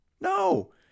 No